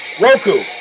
Roku